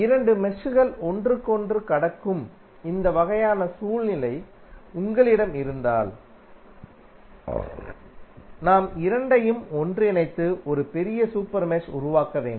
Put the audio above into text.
இரண்டு மெஷ்கள் ஒன்றுக்கொன்று கடக்கும் இந்த வகையான சூழ்நிலை உங்களிடம் இருந்தால் நாம் இரண்டையும் ஒன்றிணைத்து ஒரு பெரிய சூப்பர் மெஷ் உருவாக்க வேண்டும்